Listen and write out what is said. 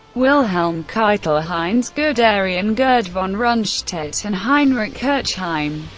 wilhelm keitel, heinz guderian, gerd von rundstedt and heinrich kirchheim.